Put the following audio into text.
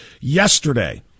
yesterday